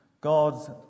God's